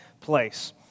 place